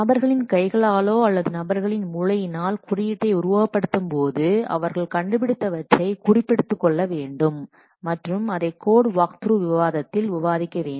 நபர்களின் கைகளாலோ அல்லது நபர்களின் மூளையினால் குறியீட்டை உருவகப்படுத்தும் போது அவர்கள் கண்டுபிடித்தவற்றை குறிப்பெடுத்துக் கொள்ள வேண்டும் மற்றும் அதை கோட் வாக்த்ரூ விவாதத்தில் விவாதிக்க வேண்டும்